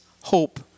hope